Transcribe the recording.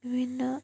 বিভিন্ন